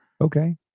okay